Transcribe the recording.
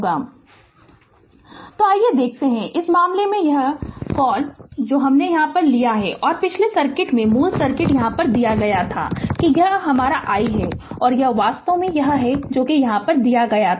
Refer Slide Time 1405 तो आइए देखते हैं कि इस मामले में यह है कि कॉल यह है जो हमने लिया है और पिछले सर्किट में मूल सर्किट यह दिया गया था कि यह हमारा i है और यह वास्तव में यह है कि यह दिया गया था